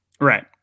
Right